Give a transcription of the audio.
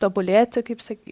tobulėti kaip sak